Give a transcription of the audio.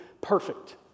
perfect